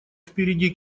впереди